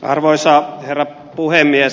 arvoisa herra puhemies